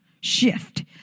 shift